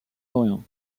orient